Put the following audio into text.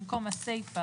במקום הסיפה